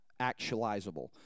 actualizable